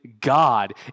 God